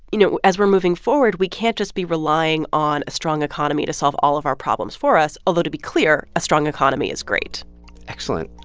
you know, as we're moving forward, we can't just be relying on a strong economy to solve all of our problems for us, although, to be clear, a strong economy is great excellent.